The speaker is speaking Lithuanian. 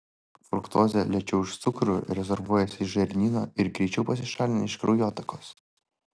fruktozė lėčiau už cukrų rezorbuojasi iš žarnyno ir greičiau pasišalina iš kraujotakos